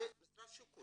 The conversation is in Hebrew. משרד השיכון,